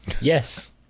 Yes